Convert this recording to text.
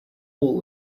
all